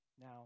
now